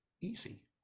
easy